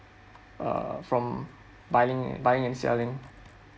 err from buying and buying and selling